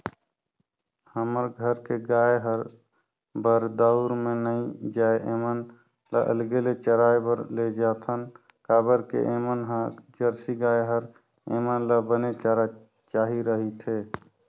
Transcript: हमर घर के गाय हर बरदउर में नइ जाये ऐमन ल अलगे ले चराए बर लेजाथन काबर के ऐमन ह जरसी गाय हरय ऐेमन ल बने चारा चाही रहिथे